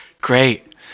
Great